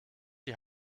die